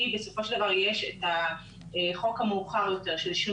כי בסופו של דבר יש את החוק המאוחר יותר של עישון